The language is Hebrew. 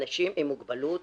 אנשים עם מוגבלות